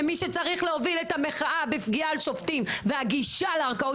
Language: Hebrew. ומי שצריך להוביל את המחאה בפגיעה על שופטים והגישה לערכאות